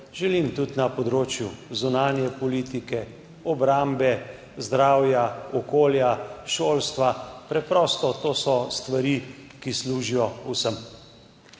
želim tudi na področju zunanje politike, obrambe, zdravja, okolja, šolstva. Preprosto so to stvari, ki služijo vsem.